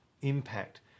impact